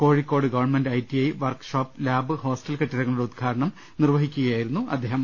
Kozhikode government I T I workshop lab hostel കെട്ടിടങ്ങളുടെ ഉദ്ഘാടനം നിർവഹിക്കുകയായിരുന്നു അദ്ദേ ഹം